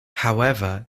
however